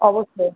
অবশ্যই